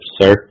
sir